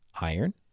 iron